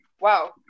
wow